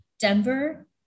Denver